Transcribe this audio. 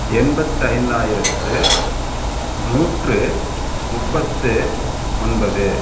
எண்பத்து ஐந்தாயிரத்து நூற்று முப்பத்து ஒன்பது